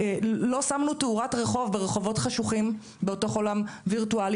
לא שמנו תאורת רחוב ברחובות חשוכים בתוך עולם וירטואלי.